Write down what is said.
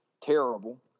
terrible